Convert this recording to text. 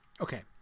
Okay